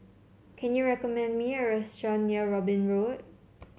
can you recommend me a restaurant near Robin Road